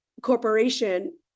corporation